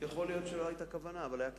יכול להיות שלא היתה כוונה, אבל היה קיצוץ.